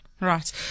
Right